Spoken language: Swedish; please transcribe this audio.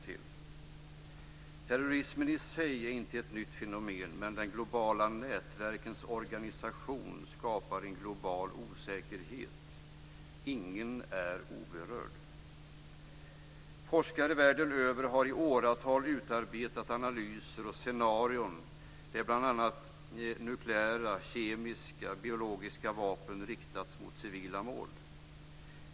Terrorism i sig är inte ett nytt fenomen, men de globala nätverkens organisation skapar en global osäkerhet. Ingen är oberörd. Forskare världen över har i åratal utarbetat analyser och scenarier där bl.a. nukleära, kemiska och biologiska vapen riktats mot civila mål.